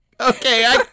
Okay